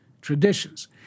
traditions